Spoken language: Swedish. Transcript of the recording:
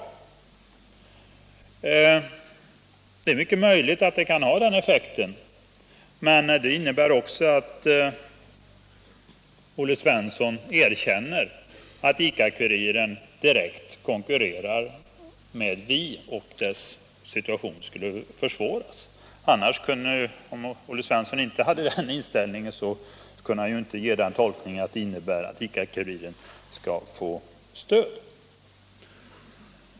Det är mycket möjligt att det kan bli effekten, men det innebär också att Olle Svensson erkänner att ICA-Kuriren direkt konkurrerar med Vi och att dess situation annars skulle försvåras; om Olle Svensson inte hade den inställningen, kunde han ju inte göra tolkningen att ICA Kuriren skall få stöd.